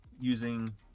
using